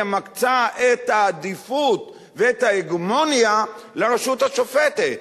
מקצה את העדיפות ואת ההגמוניה לרשות השופטת.